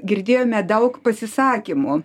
girdėjome daug pasisakymų